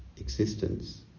existence